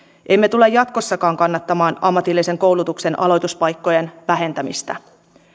emme tule jatkossakaan kannattamaan ammatillisen koulutuksen aloituspaikkojen vähentämistä